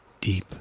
deep